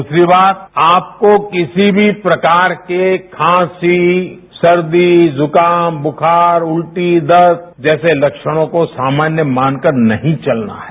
दूसरी बात आपको किसी भी प्रकार के खांसी सर्दी जुकाम बुखार उलटी दस्त जैसे लक्षणों को सामान्य मानकर नहीं चलना है